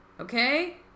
Okay